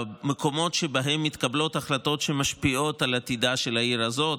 במקומות שבהם מתקבלות ההחלטות שמשפיעות על עתידה של העיר הזאת,